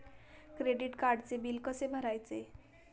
Credit कार्डचे बिल कसे भरायचे?